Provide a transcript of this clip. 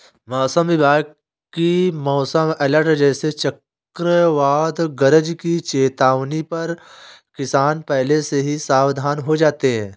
मौसम विभाग की मौसम अलर्ट जैसे चक्रवात गरज की चेतावनी पर किसान पहले से ही सावधान हो जाते हैं